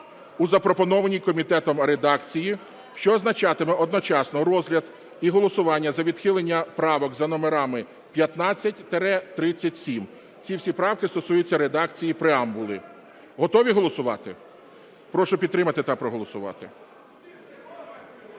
у запропонованій комітетом редакції, що означатиме одночасно розгляд і голосування за відхилення правок за номерами 15-37. Ці всі правки стосуються редакції преамбули. Готові голосувати? Прошу підтримати та проголосувати.